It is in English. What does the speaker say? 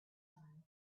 son